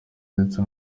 ndetse